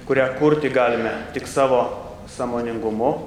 kurią kurti galime tik savo sąmoningumu